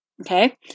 okay